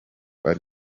ari